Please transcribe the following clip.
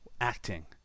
acting